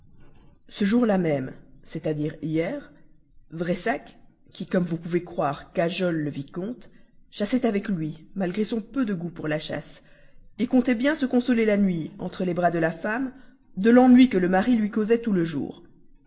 ce jour-là même c'est-à-dire hier pressac qui comme vous pouvez croire cajole le vicomte chassait avec lui malgré son peu de goût pour la chasse comptait bien se consoler la nuit entre les bras de la femme de l'ennui que le mari lui causait tout le jour